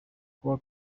kuwa